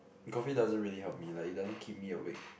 coffee doesn't really help me like it doesn't keep me awake